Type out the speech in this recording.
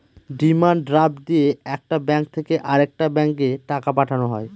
demand draft দিয়ে একটা bank থেকে আরেকটা ব্যাঙ্কে টাকা পাঠানো হয়